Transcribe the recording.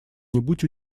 нибудь